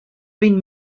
been